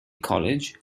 college